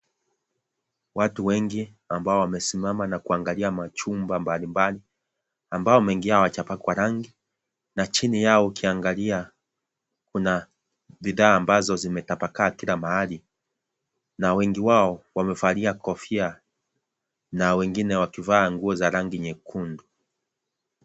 Watu wengi ambao wamesimama na kuangalia machumba mbalimbali ambayo mengi yao hayajapakwa rangi, na chini yao ukiangalia kuna bidhaa ambazo zimetapakaa kila mahali, na wengi wao wamevalia kofia na wengine wakivaa nguo za rangi nyekundu.